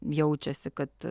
jaučiasi kad